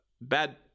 Bad